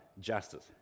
justice